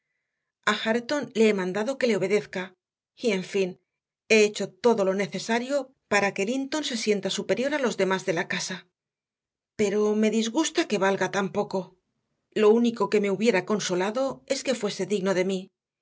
a la semana a hareton le he mandado que le obedezca y en fin he hecho todo lo necesario para que linton se sienta superior a los demás de la casa pero me disgusta que valga tan poco lo único que me hubiera consolado es que fuese digno de mí